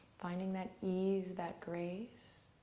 finding that ease, that grace.